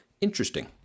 interesting